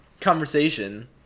conversation